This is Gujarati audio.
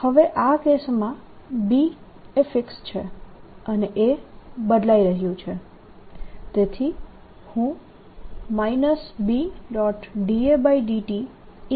હવે આ કેસમાં B એ ફિક્સ છે અને A બદલાઈ રહ્યું છે